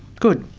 good,